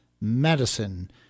Medicine